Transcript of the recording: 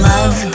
Love